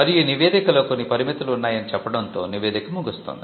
మరియు ఈ నివేదికలో కొన్ని పరిమితులు ఉన్నాయని చెప్పడంతో నివేదిక ముగుస్తుంది